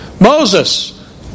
Moses